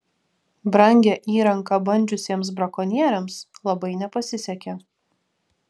brangią įrangą bandžiusiems brakonieriams labai nepasisekė